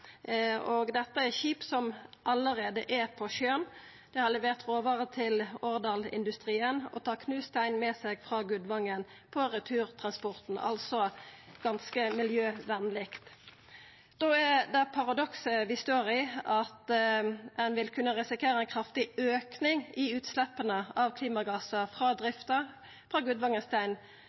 og dette er skip som allereie er på sjøen. Dei har levert råvarer til Årdal-industrien og tar knust stein med seg frå Gudvangen på returtransporten, altså ganske miljøvenleg. Da er det paradokset vi står i, at ein vil kunna risikera ein kraftig auke i utsleppa av klimagassar frå drifta ved Gudvangen Stein